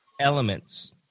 elements